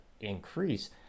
increase